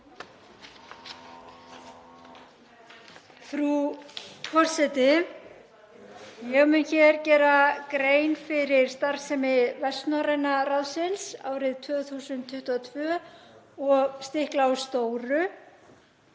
Frú forseti. Ég mun hér gera grein fyrir starfsemi Vestnorræna ráðsins árið 2022 og stikla á stóru.